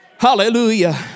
Hallelujah